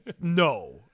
no